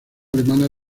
alemana